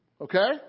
Okay